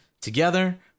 Together